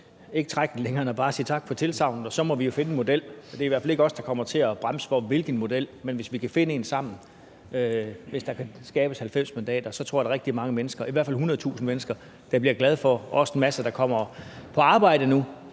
ikke trække den længere end bare at sige tak for tilsagnet, og så må vi jo finde en model. Det er i hvert fald ikke os, der kommer til at bremse for det på grund af modellen. Men hvis vi kan finde en sammen, hvis der kan skabes 90 mandater, så tror jeg der er rigtig mange mennesker, i hvert fald 100.000 mennesker, der bliver glade for det. Det gælder også en masse, der kommer på arbejde nu